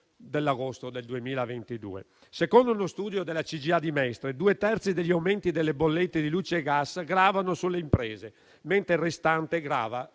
dell'agosto del 2022). Secondo uno studio della CGIA di Mestre due terzi degli aumenti delle bollette di luce e gas gravano sulle imprese, mentre la parte restante grava